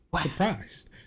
surprised